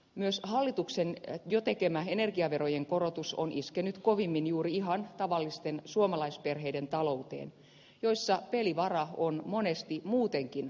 myös hallituksen jo tekemä energiaverojen korotus on iskenyt kovimmin juuri ihan tavallisten suomalaisperheiden talouteen jossa pelivara on monesti muutenkin varsin pieni